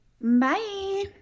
Bye